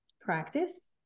practice